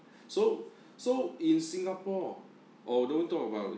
so so in singapore although talk about